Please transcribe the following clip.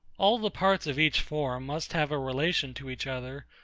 all the parts of each form must have a relation to each other,